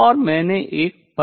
और मैंने एक परमाणु भी किया